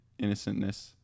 innocentness